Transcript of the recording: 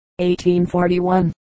1841